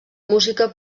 música